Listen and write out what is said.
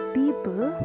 people